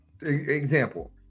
example